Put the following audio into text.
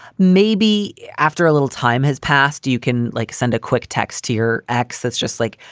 maybe after a little time has passed, do you can like send a quick text to your ex that's just like,